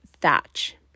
Thatch